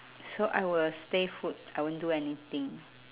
so I will stay put I won't do anything